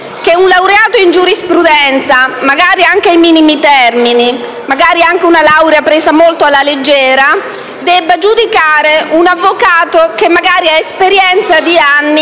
che un laureato in giurisprudenza, magari anche con i minimi termini, con una laurea presa molto alla leggera, debba giudicare un avvocato con un'esperienza di anni